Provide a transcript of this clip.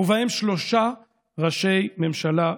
ובהם שלושה ראשי ממשלה בישראל: